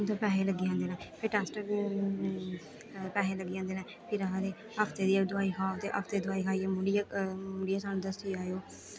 उत्थै पैहे लग्गी जंदे न फ्ही टैस्ट बी पैहे लग्गी जंदे न फिर आखदे हफ्ते दी दोआई खाओ ते हफ्ते दी दोआई खाइयै मुड़ियै मुड़ियै सानूं दस्सी जाएओ